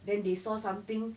then they saw something